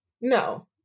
no